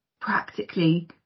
practically